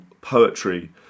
poetry